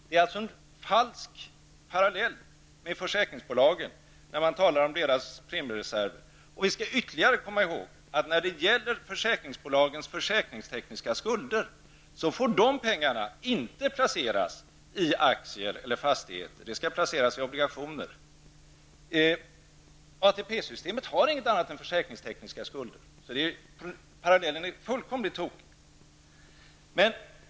Man gör en falsk parallell med försäkringsbolagen när man talar om försäkringsbolagens premiereserver. Vi skall därutöver komma ihåg, att när det gäller försäkringsbolagens försäkringstekniska skulder, får dessa pengar inte placeras i aktier eller fastigheter. De skall placeras i obligationer. ATP systemet har inget annat än försäkringstekniska skulder, så den parallell som dras är fullkomligt tokig.